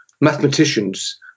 Mathematicians